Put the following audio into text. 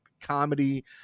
comedy